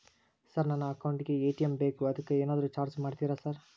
Sir ನನ್ನ account ಗೇ ATM ಬೇಕು ಅದಕ್ಕ ಏನಾದ್ರು ಚಾರ್ಜ್ ಮಾಡ್ತೇರಾ ಸರ್?